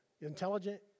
Intelligent